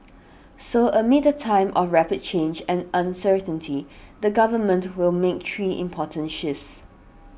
so amid a time of rapid change and uncertainty the Government will make three important shifts